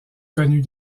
connu